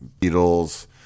beatles